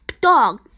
dog